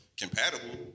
compatible